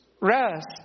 rest